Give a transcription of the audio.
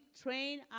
train